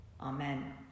Amen